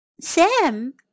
Sam